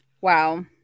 wow